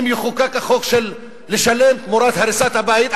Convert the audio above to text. אם יחוקק החוק של לשלם תמורת הריסת הבית,